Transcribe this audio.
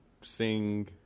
sing